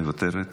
מוותרת,